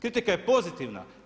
Kritika je pozitivna.